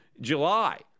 July